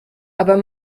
aber